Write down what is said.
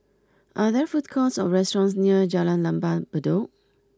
are there food courts or restaurants near Jalan Lembah Bedok